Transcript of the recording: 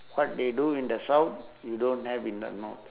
what they do in the south you don't have in the north